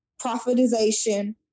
profitization